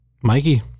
Mikey